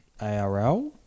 ARL